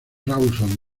rawson